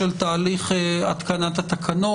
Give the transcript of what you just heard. של תהליך התקנת התקנות.